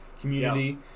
community